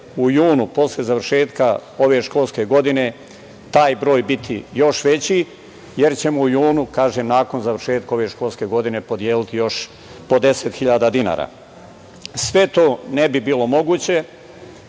u junu posle završetka ove školske godine taj broj biti još veći, jer ćemo u junu, nakon završetka ove školske godine, podeliti još po 10.000 dinara. Sve to ne bi bilo moguće